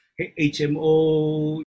HMO